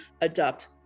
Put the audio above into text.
adopt